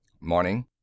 Morning